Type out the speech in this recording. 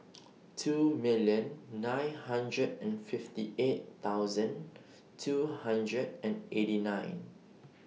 two million nine hundred and fifty eight thousand two hundred and eighty nine